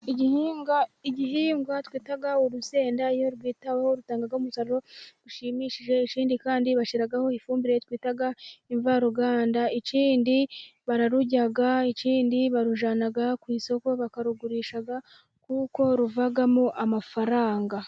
Igihingwa twita urusenda iyo rwitaweho rutanga umusaruro ushimishije, ikindi kandi bashyiraho ifumbire twita imvaruganda, ikindi bararurya, ikindi barujyana ku isoko bakarugurisha kuko ruvamo amafaranga.